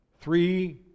Three